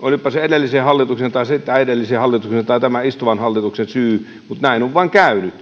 olipa se edellisen hallituksen tai sitä edellisen hallituksen tai tämän istuvan hallituksen syy niin näin on vain käynyt